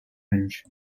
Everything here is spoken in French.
luge